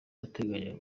bateganyaga